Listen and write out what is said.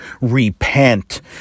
Repent